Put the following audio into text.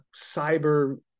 cyber